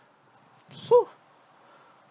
so